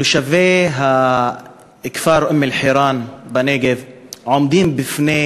תושבי הכפר אום-אלחיראן בנגב עומדים בפני